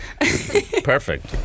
Perfect